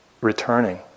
returning